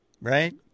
Right